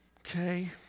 Okay